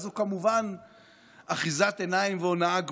זו כמובן אחיזת עיניים והונאה גמורה.